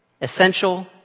Essential